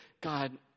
God